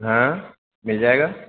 हाँ मिल जाएगा